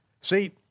See